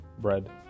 Bread